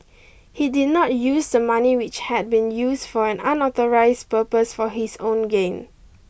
he did not use the money which had been used for an unauthorised purpose for his own gain